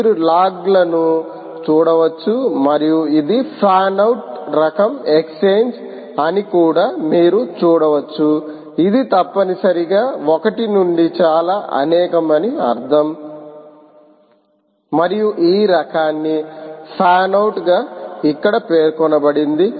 మీరు లాగ్లను చూడవచ్చు మరియు ఇది ఫ్యాన్ అవుట్ రకం ఎక్స్ఛేంజ్ అని కూడా మీరు చూడవచ్చు ఇది తప్పనిసరిగా ఒకటి నుండి చాలా అనేకం అని అర్ధం మరియు ఈ రకాన్ని ఫ్యాన్ అవుట్ గా ఇక్కడ పేర్కొనబడింది